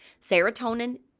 serotonin